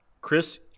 Chris